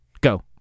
go